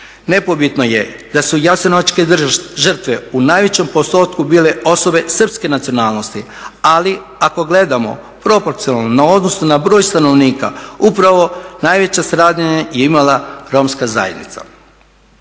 Nepobitno je da su jasenovačke žrtve u najvećem postotku bile osobe srpske nacionalnosti, ali ako gledamo proporcionalno u odnosu na broj stanovnika upravo najveća stradanja je imala romska zajednica.